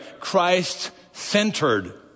Christ-centered